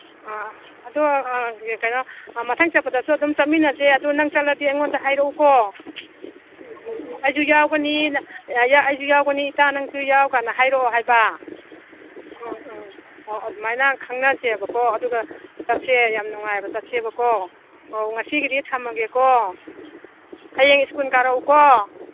ꯑꯗꯣ ꯀꯩꯅꯣ ꯃꯊꯪ ꯆꯠꯄꯗꯁꯨ ꯑꯗꯨꯝ ꯆꯠꯃꯤꯟꯅꯁꯦ ꯑꯗꯣ ꯅꯪ ꯆꯠꯂꯗꯤ ꯑꯩꯉꯣꯟꯗ ꯍꯥꯏꯔꯛꯎꯀꯣ ꯑꯩꯁꯨ ꯌꯥꯎꯒꯅꯤ ꯏꯁꯨ ꯌꯥꯎꯒꯅꯤ ꯏꯇꯥ ꯅꯪꯁꯨ ꯌꯥꯎ ꯀꯥꯏꯅ ꯍꯥꯏꯔꯛꯑꯣ ꯍꯥꯏꯕ ꯎꯝ ꯎꯝ ꯑꯣ ꯑꯗꯨꯃꯥꯏꯅ ꯈꯪꯅꯁꯦꯕꯀꯣ ꯑꯗꯨꯒ ꯆꯠꯁꯦ ꯌꯥꯝ ꯅꯨꯡꯉꯥꯏꯕ ꯆꯠꯁꯦꯕꯀꯣ ꯑꯧ ꯉꯁꯤꯒꯤꯗꯤ ꯊꯝꯃꯒꯦꯀꯣ ꯍꯌꯦꯡ ꯁ꯭ꯀꯨꯜ ꯀꯥꯔꯛꯎꯀꯣ